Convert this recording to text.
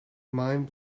mind